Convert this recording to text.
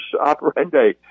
operandi